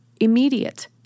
immediate